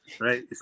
right